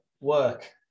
work